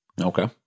Okay